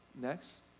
Next